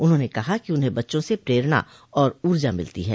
उन्होंने कहा कि उन्हें बच्चों से प्रेरणा और ऊर्जा मिलती है